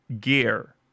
Gear